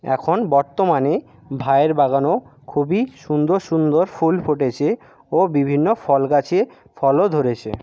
এখন বর্তমানে ভাইয়ের বাগানও খুবই সুন্দর সুন্দর ফুল ফুটেছে ও বিভিন্ন ফল গাছে ফলও ধরেছে